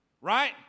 Right